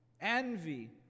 Envy